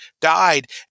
died